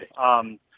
Okay